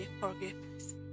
forgiveness